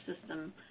system